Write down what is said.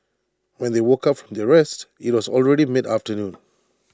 when they woke up from their rest IT was already mid afternoon